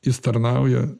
jis tarnauja